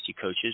Coaches